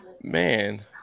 Man